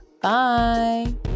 Bye